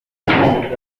amapikipiki